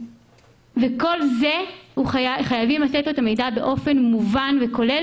על כל זה חייבים לתת לו את המידע באופן מובן וכולל